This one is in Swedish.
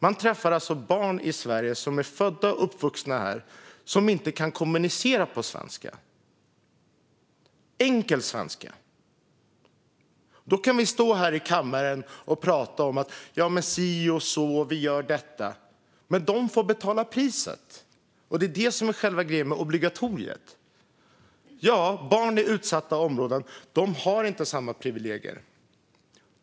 Man träffar alltså barn i Sverige som är födda och uppvuxna här men som inte kan kommunicera ens på enkel svenska. Då kan vi stå här i kammaren och prata om si och så och att vi gör detta och detta. Men de får betala priset. Det är det som är själva grejen med obligatoriet. Barn i utsatta områden har inte samma privilegier.